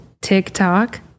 TikTok